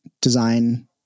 design